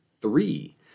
three